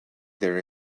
there